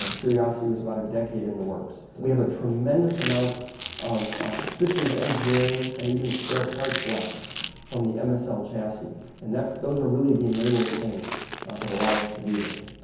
curiosity was about a decade in the works. we have a tremendous amount of systems engineering and even spare parts left from the and msl chassis and those are really the enabling things that allow us to do this.